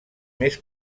més